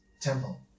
temple